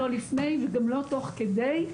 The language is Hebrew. לא לפני וגם לא תוך כדי,